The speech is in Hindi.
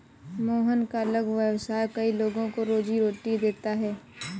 मोहन का लघु व्यवसाय कई लोगों को रोजीरोटी देता है